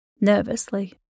Nervously